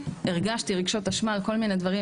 שהרגשתי רגשות אשמה על כל מיני דברים,